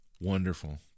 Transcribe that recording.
Wonderful